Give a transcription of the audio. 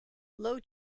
low